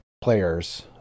players